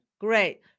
great